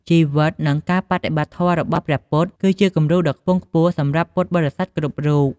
ជីវិត និងការបដិបត្តិធម៌របស់ព្រះពុទ្ធ គឺជាគំរូដ៏ខ្ពង់ខ្ពស់សម្រាប់ពុទ្ធបរិស័ទគ្រប់រូប។